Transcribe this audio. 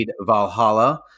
Valhalla